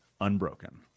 unbroken